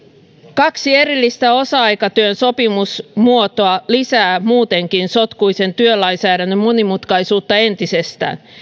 kaksi erillistä osa aikatyön sopimusmuotoa lisää muutenkin sotkuisen työlainsäädännön monimutkaisuutta entisestään